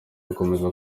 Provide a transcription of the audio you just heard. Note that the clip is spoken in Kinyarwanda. gukomeza